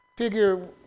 figure